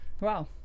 Wow